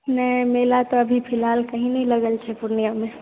नै मेला तऽ अभी फिलहाल कहीं नै लगल छै पूर्णियामे